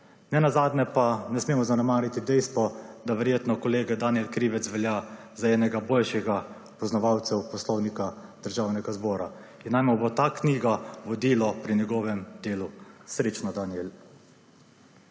Nenazadnje pa ne smemo zanemariti dejstva, da verjetno kolega Danijel Krivec velja za enega boljših poznavalcev Poslovnika Državnega zbora. In naj mu bo ta knjiga vodilo pri njegovem delu. Srečno Danijel!